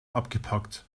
abgepackt